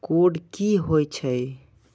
Code की होय छै?